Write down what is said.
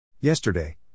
Yesterday